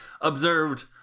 observed